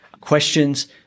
questions